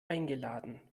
eingeladen